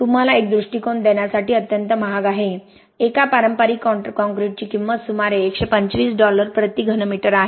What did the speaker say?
तुम्हाला एक दृष्टीकोन देण्यासाठी अत्यंत महाग आहे एका पारंपारिक कॉंक्रिटची किंमत सुमारे 125 डॉलर प्रति घन मीटर आहे